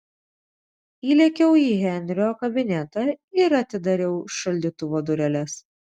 įlėkiau į henrio kabinetą ir atidariau šaldytuvo dureles